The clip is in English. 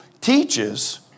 teaches